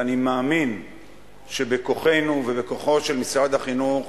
ואני מאמין שבכוחנו ובכוחו של משרד החינוך,